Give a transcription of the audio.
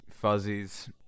fuzzies